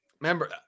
Remember